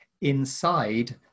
inside